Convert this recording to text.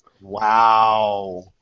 Wow